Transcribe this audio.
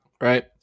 right